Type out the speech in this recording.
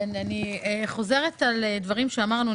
חוזרת על דברים שאמרנו.